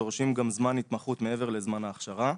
דורשים גם זמן התמחות מעבר לזמן ההכשרה.